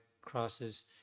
crosses